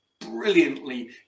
brilliantly